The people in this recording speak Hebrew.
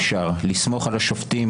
יש מנהל ועדה ואפשר להעביר אליו פתק.